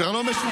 כבר לא משותפת,